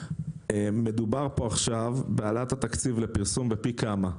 מדובר פה עכשיו בהעלאת התקציב לפרסום פי כמה.